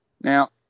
Now